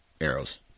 arrows